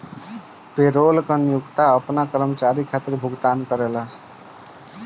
payroll कर नियोक्ता आपना कर्मचारी खातिर भुगतान करेला